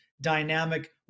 dynamic